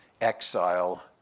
exile